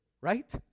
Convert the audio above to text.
right